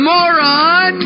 Moron